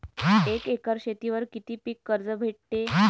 एक एकर शेतीवर किती पीक कर्ज भेटते?